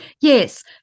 Yes